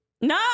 No